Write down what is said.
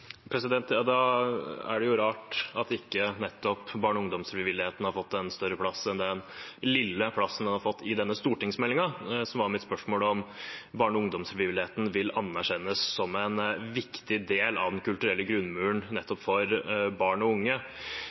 Da er det rart at ikke nettopp barne- og ungdomsfrivilligheten har fått en større plass enn den lille plassen den har fått i denne stortingsmeldingen. Så var mitt spørsmål om barne- og ungdomsfrivilligheten vil anerkjennes som en viktig del av den kulturelle grunnmuren nettopp for barn og unge.